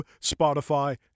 Spotify